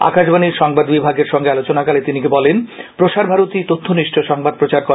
আকাশবাণীর সংবাদ বিভাগের সঙ্গে আলোচনাকালে তিনি বলেন প্রসার ভারতী তথ্যনিষ্ঠ সংবাদ প্রচার করে